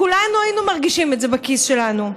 כולנו היינו מרגישים את זה בכיס שלנו,